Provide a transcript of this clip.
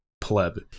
pleb